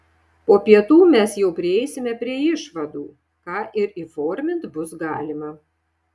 po pietų mes jau prieisime prie išvadų ką ir įformint bus galima